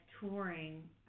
touring